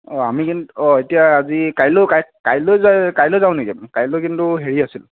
আমি কিন্তু এতিয়া আজি কাইলৈও কাই কাইলৈ যায় কাইলৈ যাওঁ নেকি কাইলৈ কিন্তু হেৰি আছে